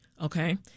Okay